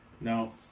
No